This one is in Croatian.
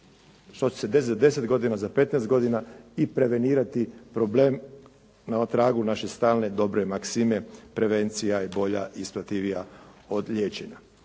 što će se desiti za 10 godina, za 15 godina i prevenirati problem na tragu naše stalne, dobre maksime prevencija je bolja i splativija od liječenja.